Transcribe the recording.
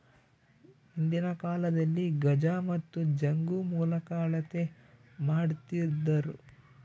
ಹಿಂದಿನ ಕಾಲದಲ್ಲಿ ಗಜ ಮತ್ತು ಜಂಗು ಮೂಲಕ ಅಳತೆ ಮಾಡ್ತಿದ್ದರು